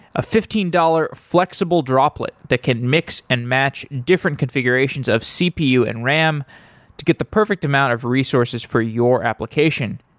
a fifteen dollars flexible droplet that can mix and match different configurations of cpu and ram to get the perfect amount of resources for your application.